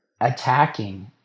attacking